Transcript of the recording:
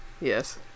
Yes